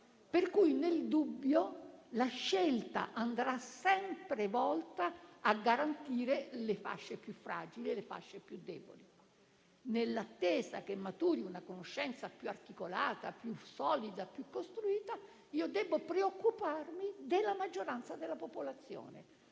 Pertanto, nel dubbio la scelta andrà sempre volta a garantire le fasce più fragili e più deboli. Nell'attesa che maturi una conoscenza più articolata, più solida e più costruita, debbo preoccuparmi della maggioranza della popolazione